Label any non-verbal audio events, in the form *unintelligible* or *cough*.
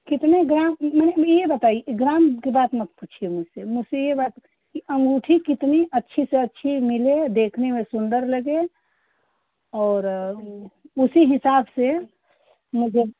कितने ग्राम कितने *unintelligible* लिए यह बताइए ग्राम की बात मत पूछिए मुझसे मुझसे यह बात कि अंगूठी कितनी अच्छी सी अच्छी मिले देखने में सुंदर लगे और उसी हिसाब से मुझे